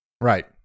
Right